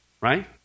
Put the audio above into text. right